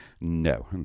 no